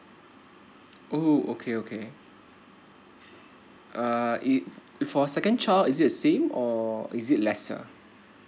oh okay okay uh it if for second child is it the same or is it lesser